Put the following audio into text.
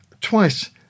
twice